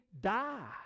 die